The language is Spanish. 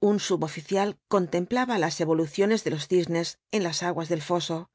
un suboficial contemplaba las evoluciones de los cisnes en las aguas del foso